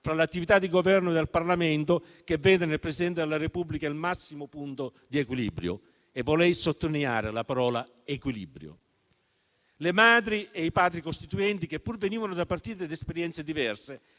fra le attività del Governo e del Parlamento che vede nel Presidente della Repubblica il massimo punto di equilibrio, e vorrei sottolineare la parola equilibrio. Le Madri e i Padri costituenti, che pur venivano da partiti ed esperienze diverse,